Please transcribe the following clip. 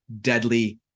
deadly